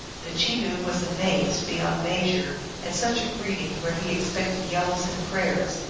the chenoo was amazed be yond measure at such a greeting where he expected yells and prayers,